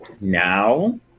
now